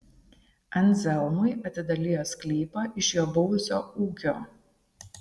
anzelmui atidalijo sklypą iš jo buvusio ūkio